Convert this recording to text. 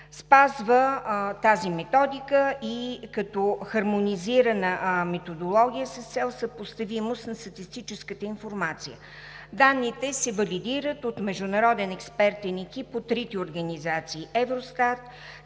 спазва тази методика и като хармонизирана методология с цел съпоставимост на статистическата информация. Данните се валидират от международен експертен екип от трите организации – Евростат,